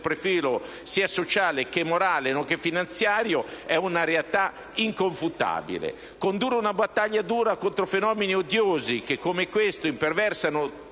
profilo sociale, morale e finanziario è una realtà inconfutabile. Condurre una battaglia dura contro fenomeni odiosi, che imperversano